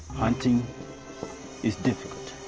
hunting is difficult.